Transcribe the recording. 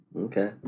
Okay